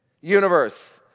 universe